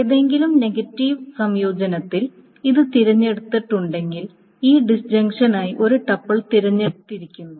ഏതെങ്കിലും നെഗറ്റീവ് സംയോജനത്തിൽ ഇത് തിരഞ്ഞെടുത്തിട്ടില്ലെങ്കിൽ ഈ ഡിസ്ഞ്ചക്ഷനായി ഒരു ടപ്പിൾ തിരഞ്ഞെടുത്തിരിക്കുന്നു